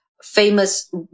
famous